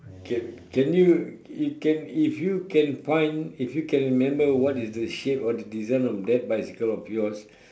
can can you if can if you can find if you can remember what is the shape or the design of that bicycle of yours